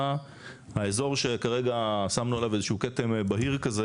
האזור שכרגע שמנו עליו איזשהו כתם בהיר כזה